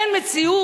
אף אחד